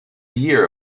year